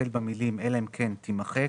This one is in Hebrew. החל במילים "אלא אם כן" תימחק.